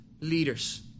leaders